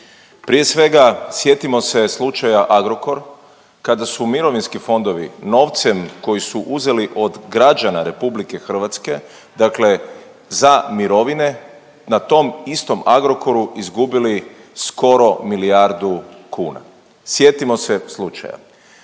Prije svega sjetimo se slučaja Agrokor kada su mirovinski fondovi novcem koji su uzeli od građana RH dakle za mirovine na tom istom Agrokoru izgubili skoro milijardu kuna. Sjetimo se slučaja.